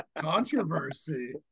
controversy